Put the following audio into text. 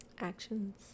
Actions